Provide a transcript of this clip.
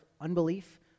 unbelief